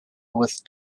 with